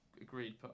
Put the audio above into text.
agreed